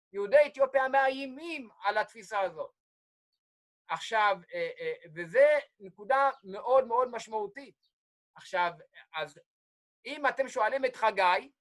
יהודי איתיופיה מאיימים על התפיסה הזאת, וזו נקודה מאוד מאוד משמעותית. עכשיו, אז אם אתם שואלים את חגי,